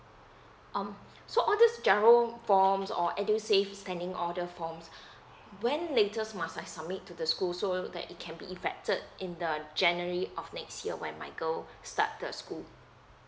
um so all these giro forms or edusave spending order forms when latest must I submit to the school so that it can be effected in the january of next year when my girl start the school